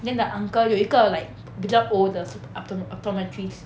then the uncle 有一个 like 比较 old 的 opto~ optometrist